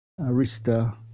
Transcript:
Arista